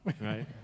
right